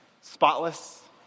Spotless